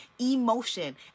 Emotion